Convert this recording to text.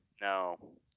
No